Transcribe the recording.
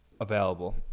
available